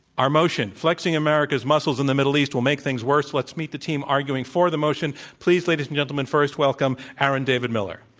our motion, flexing america's america's muscles in the middle east will make things worse. let's meet the team arguing for the motion. please, ladies and gentlemen, first welcome aaron david miller.